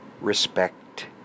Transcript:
respect